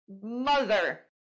Mother